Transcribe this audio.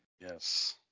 Yes